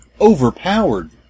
overpowered